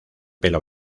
pelo